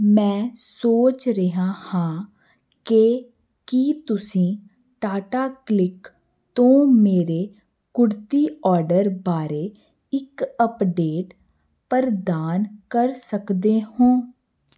ਮੈਂ ਸੋਚ ਰਿਹਾ ਹਾਂ ਕਿ ਕੀ ਤੁਸੀਂ ਟਾਟਾ ਕਲਿਕ ਤੋਂ ਮੇਰੇ ਕੁੜਤੀ ਆਰਡਰ ਬਾਰੇ ਇੱਕ ਅਪਡੇਟ ਪ੍ਰਦਾਨ ਕਰ ਸਕਦੇ ਹੋ